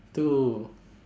two